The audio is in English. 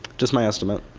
just my estimate.